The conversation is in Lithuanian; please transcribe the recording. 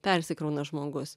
persikrauna žmogus